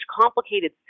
complicated